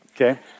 okay